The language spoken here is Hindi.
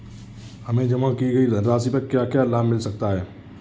हमें जमा की गई धनराशि पर क्या क्या लाभ मिल सकता है?